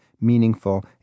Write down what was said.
meaningful